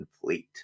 fleet